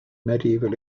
medieval